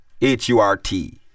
H-U-R-T